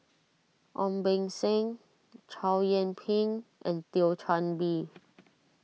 Ong Beng Seng Chow Yian Ping and Thio Chan Bee